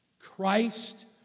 Christ